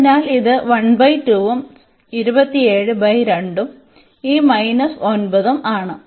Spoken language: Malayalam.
അതിനാൽ ഇത് ഉം ഉം ഈ മൈനസ് 9 ഉം ആണ്